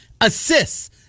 Assists